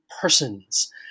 persons